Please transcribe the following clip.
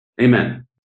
Amen